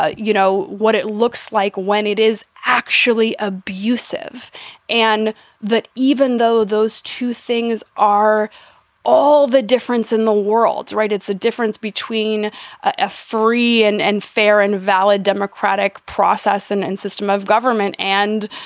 ah you know, what it looks like when it is actually abusive and that even though those two things are all the difference in the world right. it's a difference between a free and and fair and valid democratic process and and system of government. and,